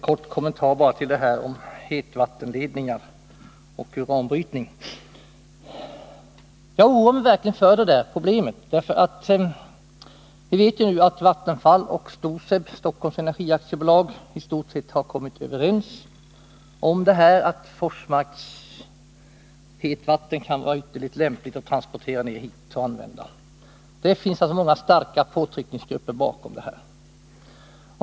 Fru talman! Bara en kort kommentar om hetvattenledningar och uranbrytning. Jag oroar mig verkligen för detta problem. Vi vet ju att Vattenfall och STOSEB, Stockholms energiaktiebolag, i stort sett har kommit överens om att det kan vara ytterligt lämpligt att transportera Forsmarks hetvatten hit för användning här. Det finns alltså många starka påtryckningsgrupper bakom det här.